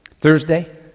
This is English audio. Thursday